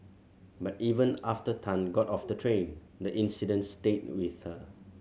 but even after Tan got off the train the incident stayed with her